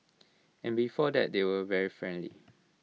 and before that they were very friendly